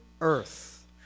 earth